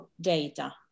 data